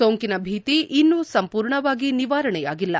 ಸೋಂಕಿನ ಭೀತಿ ಇನ್ನೂ ಸಂಪೂರ್ಣವಾಗಿ ನಿವಾರಣೆಯಾಗಿಲ್ಲ